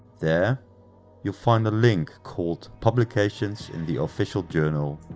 there you'll find a link called publications in the official journal.